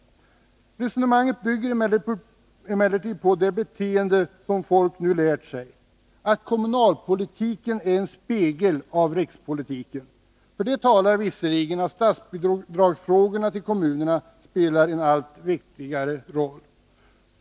Detta resonemang bygger emellertid på det beteende som folk nu lärt sig: att kommunalpolitiken är en spegel av rikspolitiken. För detta talar visserligen att statsbidragen till kommunerna spelar en allt viktigare roll.